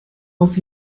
auf